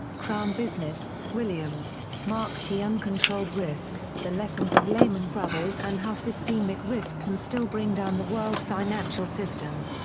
crown business williams, mark t. uncontrolled risk the lessons of lehman brothers and how systemic risk can still bring down the world financial system.